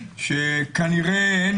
שכנראה אין